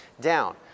down